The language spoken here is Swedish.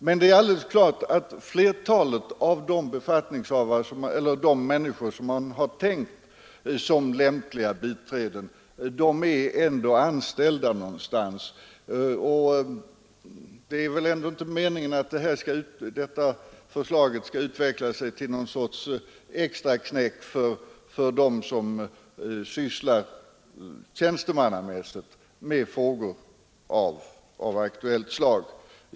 Men det är alldeles klart att flertalet av de människor man har tänkt som lämpliga biträden ändå är anställda någonstans. Det är väl ändå inte meningen att detta förslag skall utveckla sig till en möjlighet till någon sorts extraknäck för dem som tjänstemannamässigt sysslar med frågor av aktuellt slag.